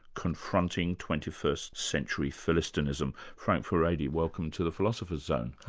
confronting twenty first century philistinism frank furedi, welcome to the philosopher's zone.